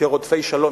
כרודפי שלום,